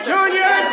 Junior